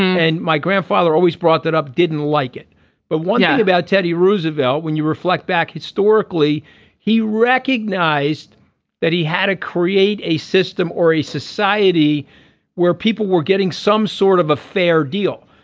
and my grandfather always brought that up didn't like it but one night about teddy roosevelt when you reflect back historically he recognized that he had to create a system or a society where people were getting some sort of a fair deal.